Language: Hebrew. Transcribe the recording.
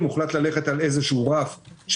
לטובת האזרחים,